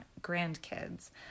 grandkids